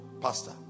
pastor